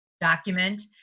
document